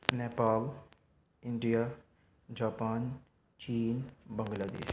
Nepal India Japan چین بنگلہ دیش